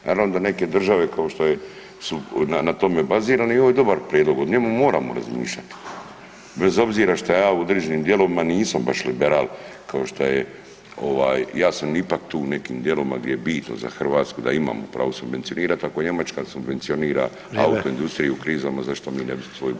Naravno da neke države kao što je, su na, na tome bazirani i ovo je dobar prijedlog, o njemu moramo razmišljati bez obzira šta ja u određenim dijelovima nisam baš liberal kao što je ovaj, ja sam ipak tu u nekim dijelovima gdje je bitno za Hrvatsku da imamo pravo subvencionirat, ako Njemačka subvencionira auto industriju [[Upadica: Vrijeme]] u krizama zašto mi ne bi svoju brodogradnju.